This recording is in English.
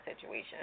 situation